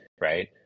Right